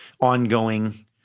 ongoing